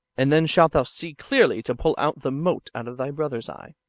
and then shalt thou see clearly to pull out the mote out of thy brother's eye.